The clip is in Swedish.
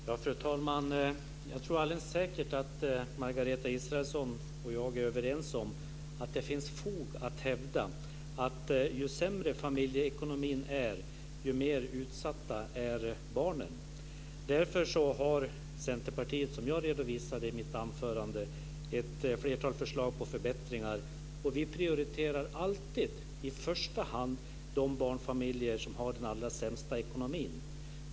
Fru talman! Jag tror alldeles säkert att Margareta Israelsson och jag är överens om att det finns fog att hävda att ju sämre familjeekonomin är, desto mer utsatta är barnen. Därför har Centerpartiet, som jag redovisade i mitt anförande, ett flertal förslag på förbättringar. Vi prioriterar alltid i första hand de barnfamiljer som har den allra sämsta ekonomin.